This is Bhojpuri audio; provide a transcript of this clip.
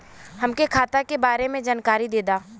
हमके खाता के बारे में जानकारी देदा?